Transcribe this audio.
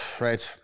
Right